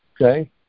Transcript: okay